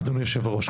אדוני היושב-ראש,